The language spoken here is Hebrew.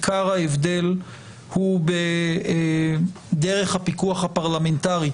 הוא בדרך הפיקוח הפרלמנטרית.